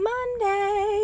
Monday